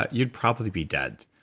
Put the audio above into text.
ah you'd probably be dead.